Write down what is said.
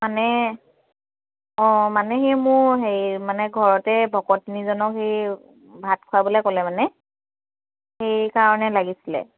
মানে অঁ মানে হে মোৰ হেৰি মানে ঘৰতে ভকত তিনিজনক সেই ভাত খোৱাবলৈ ক'লে মানে সেইকাৰণে লাগিছিলে